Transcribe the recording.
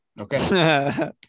Okay